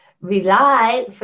rely